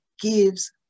gives